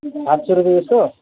आठ सौ रुपियाँ जस्तो